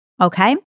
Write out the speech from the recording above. okay